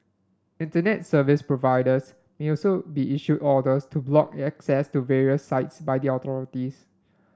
Internet Service Providers may also be issued orders to block access to various sites by the authorities